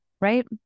right